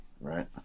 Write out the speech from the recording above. right